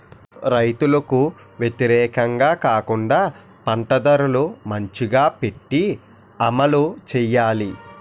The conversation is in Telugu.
రైతులకు వ్యతిరేకంగా కాకుండా పంట ధరలు మంచిగా పెట్టి అమలు చేయాలి